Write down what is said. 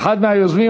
אחד מהיוזמים,